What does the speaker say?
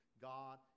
God